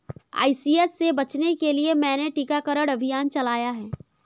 ICH से बचने के लिए मैंने टीकाकरण अभियान चलाया है